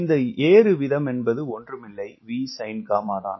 இந்த ஏறு வீதமென்பது ஒன்றுமில்லை Vsinγ தான்